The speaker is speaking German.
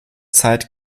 zeit